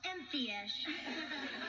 empty-ish